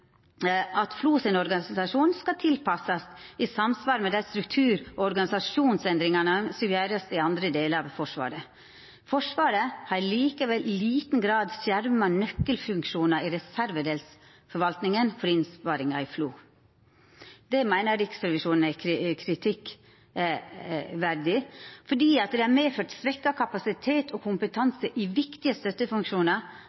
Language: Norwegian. at FLOs organisasjon skal tilpassast i samsvar med dei struktur- og organisasjonsendringane som vert gjorde i andre delar av Forsvaret. Forsvaret har likevel i liten grad skjerma nøkkelfunksjonar i reservedelsforvaltninga for innsparingar i FLO. Det meiner Riksrevisjonen er kritikkverdig, fordi det har medført svekt kapasitet og